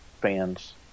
fans